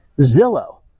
Zillow